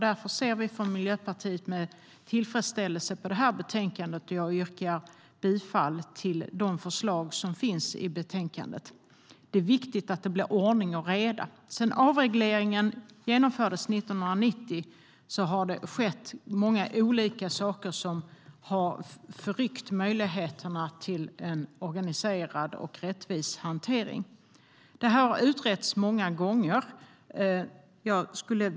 Därför ser vi från Miljöpartiet med tillfredsställelse på det här betänkandet, och jag yrkar bifall till de förslag som finns i betänkandet. Det är viktigt att det blir ordning och reda. Sedan avregleringen genomfördes 1990 har det skett många olika saker som har förryckt möjligheterna till en organiserad och rättvis hantering. Detta har utretts många gånger.